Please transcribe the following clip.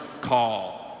call